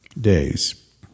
days